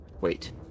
wait